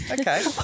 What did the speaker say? Okay